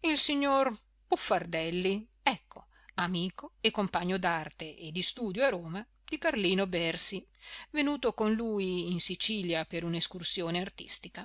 il signor buffardelli ecco amico e compagno d'arte e di studio a roma di carlino bersi venuto con lui in sicilia per un'escursione artistica